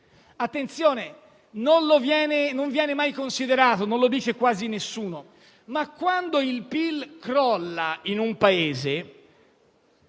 e non lo dice quasi nessuno, ma quando il PIL crolla in un Paese,